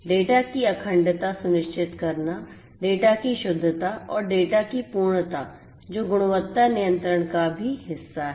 data की अखंडता सुनिश्चित करना डेटा की शुद्धता और डेटा की पूर्णता जो गुणवत्ता नियंत्रण का भी हिस्सा है